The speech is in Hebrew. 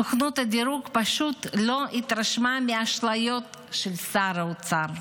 סוכנות הדירוג פשוט לא התרשמה מהאשליות של שר האוצר.